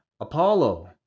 Apollo